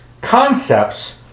Concepts